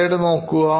slide നോക്കുക